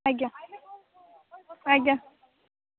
ଆଜ୍ଞା ଆଜ୍ଞା